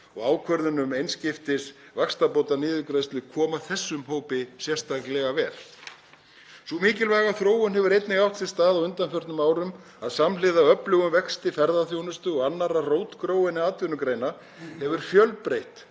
og ákvörðun um einskiptisvaxtabótaniðurgreiðslu koma þessum hópi sérstaklega vel. Sú mikilvæga þróun hefur einnig átt sér stað á undanförnum árum að samhliða öflugum vexti ferðaþjónustu og annarra rótgróinna atvinnugreina hefur fjölbreytt